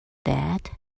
that